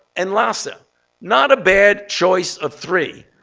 and lassa not a bad choice of three.